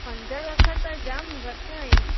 पंज लख त जामु घटि आहिनि